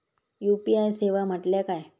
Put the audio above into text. UPI सेवा म्हटल्या काय?